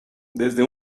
desde